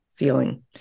feeling